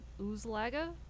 Oozlaga